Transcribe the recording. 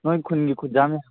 ꯅꯣꯏ ꯈꯨꯟꯒꯤ ꯈꯨꯟꯖꯥ ꯃꯌꯥꯝ